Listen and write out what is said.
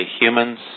humans